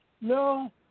no